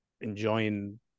enjoying